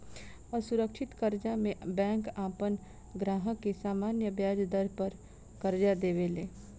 असुरक्षित कर्जा में बैंक आपन ग्राहक के सामान्य ब्याज दर पर कर्जा देवे ले